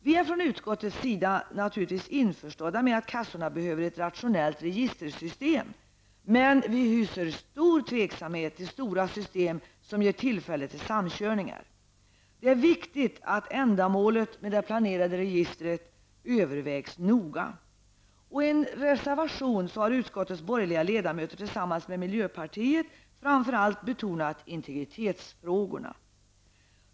Vi är från utskottets sida införstådda med att kassorna behöver ett rationellt registersystem, men hyser stor tveksamhet till stora system som ger tillfälle till samkörningar. Det är viktigt att ändamålet med det planerade registret noga övervägs. I en reservation har utskottets borgerliga ledamöter tillsammans med miljöpartiet framför allt betonat integritetsfrågorna.